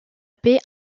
paix